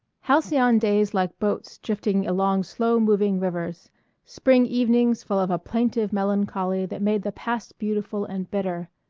halcyon days like boats drifting along slow-moving rivers spring evenings full of a plaintive melancholy that made the past beautiful and bitter,